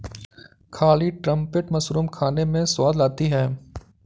काली trumpet mushroom खाने में स्वाद लाती है